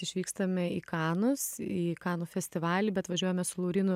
išvykstame į kanus į kanų festivalį bet važiuojame su laurynu